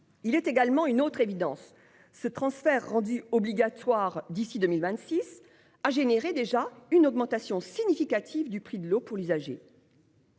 Il est également une autre évidence : ce transfert, rendu obligatoire d'ici à 2026, a déjà engendré une augmentation significative du prix de l'eau pour l'usager.